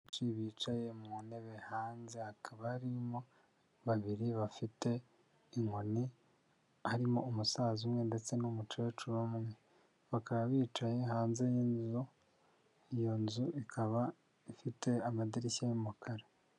Benshi bicaye mu ntebe hanze akaba arimo babiri bafite inkoni harimo umusaza umwe ndetse n'umukecuru umwe, bakaba bicaye hanze y'inzu iyo nzu ikaba ifite amadirishya y'umukara.